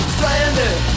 Stranded